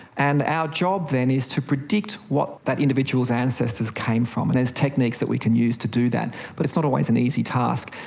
and our job then is to predict what that individual's ancestors came from, and there techniques that we can use to do that but it's not always an easy task,